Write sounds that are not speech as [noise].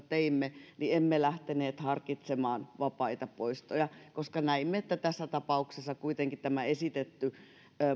[unintelligible] teimme emme lähteneet harkitsemaan vapaita poistoja koska näimme että tässä tapauksessa kuitenkin tämä esitetty